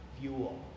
fuel